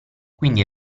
quindi